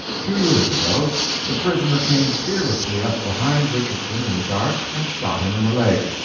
two years ago the prisoner came fearlessly up behind richardson in the dark, and shot him in the leg.